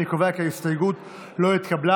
אני קובע כי ההסתייגות לא התקבלה.